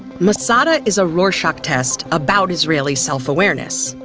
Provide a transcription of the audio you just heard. masada is a rorschach test about israeli self-awareness.